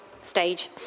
stage